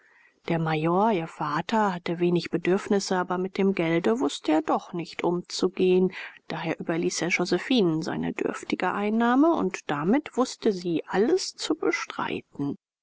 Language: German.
der major ihr vater hatte wenig bedürfnisse aber mit dem gelde wußte er doch nicht umzugehen daher überließ er josephinen seine dürftige einnahme und damit wußte sie alles zu bestreiten